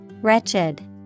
wretched